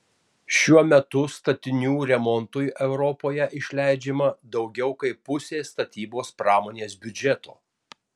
šiuo metu statinių remontui europoje išleidžiama daugiau kaip pusė statybos pramonės biudžeto